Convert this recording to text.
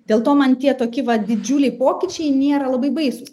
dėl to man tie tokie didžiuliai pokyčiai nėra labai baisūs